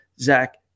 Zach